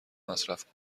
مصرف